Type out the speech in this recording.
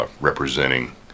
representing